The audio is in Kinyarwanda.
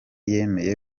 yemeye